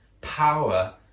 power